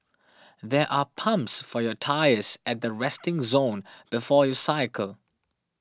there are pumps for your tyres at the resting zone before you cycle